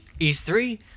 E3